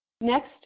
next